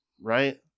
right